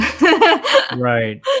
right